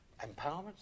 empowerment